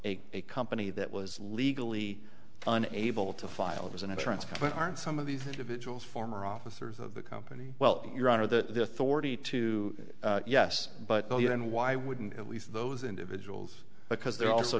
a company that was legally an able to file it was an insurance company aren't some of these individuals former officers of the company well your honor the forty two yes but then why wouldn't at least those individuals because they're also